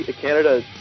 Canada